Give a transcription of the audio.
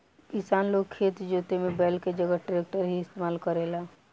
किसान लोग खेत जोते में बैल के जगह ट्रैक्टर ही इस्तेमाल करेला